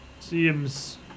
seems